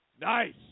Nice